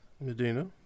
Medina